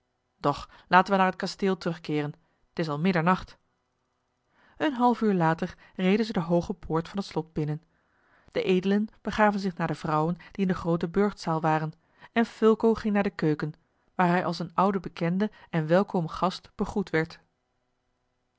doch laten we naar het kasteel terugkeeren t is al middernacht een half uur later reden zij de hooge poort van het slot binnen de edelen begaven zich naar de vrouwen die in de groote burchtzaal waren en fulco ging naar de keuken waar hij als een oude bekende en welkome gast begroet werd